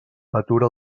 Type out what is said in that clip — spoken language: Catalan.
atura